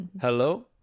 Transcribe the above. Hello